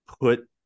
put